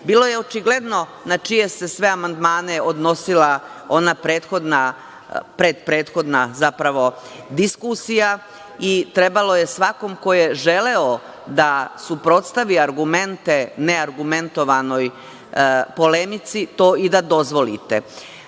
je očigledno na čije se sve amandmane odnosila ona prethodna, predprethodna, zapravo, diskusija. Trebalo je svakom ko je želeo da suprotstavi argumente neargumentovanoj polemici, to i da dozvolite.